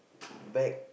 back